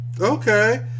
Okay